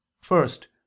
first